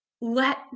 let